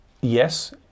yes